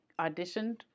auditioned